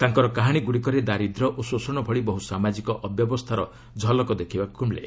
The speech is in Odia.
ତାଙ୍କର କାହାଣୀଗୁଡ଼ିକରେ ଦାରିଦ୍ର୍ୟ ଓ ଶୋଷଣ ଭଳି ବହୁ ସାମାଜିକ ଅବ୍ୟବସ୍ଥାର ଝଲକ୍ ଦେଖିବାକୁ ମିଳେ